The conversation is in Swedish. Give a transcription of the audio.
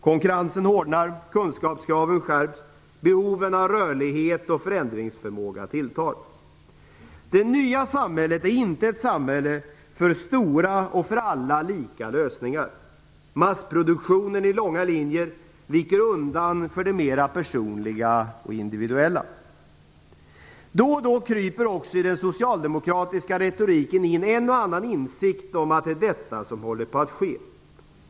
Konkurrensen hårdnar, kunskapskraven skärps, och behoven av rörlighet och förändringsförmåga tilltar. Det nya samhället är inte ett samhälle för stora och för alla lika lösningar. Massproduktionen i långa linjer viker undan för det mera personliga och individuella. Då och då kryper också i den socialdemokratiska retoriken in en och annan insikt om att det är detta som håller på att ske.